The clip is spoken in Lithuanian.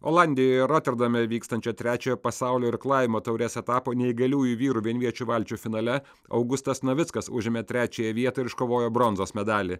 olandijoje roterdame vykstančio trečiojo pasaulio irklavimo taurės etapo neįgaliųjų vyrų vienviečių valčių finale augustas navickas užėmė trečiąją vietą ir iškovojo bronzos medalį